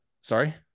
sorry